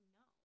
no